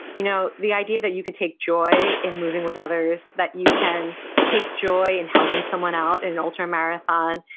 you know, the idea that you can take joy in moving with others, that you can take joy in helping someone out in an ultramarathon,